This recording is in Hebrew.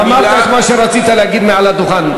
אמרת את מה שרצית להגיד מעל הדוכן.